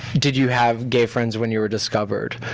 did you have gay friends when you were discovered.